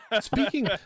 Speaking